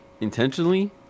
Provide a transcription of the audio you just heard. intentionally